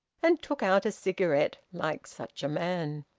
and took out a cigarette like such a man.